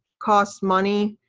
cost money.